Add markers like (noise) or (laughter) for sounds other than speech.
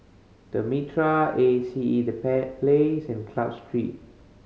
The Mitraa A C E The (unintelligible) Place and Club Street